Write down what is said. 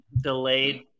delayed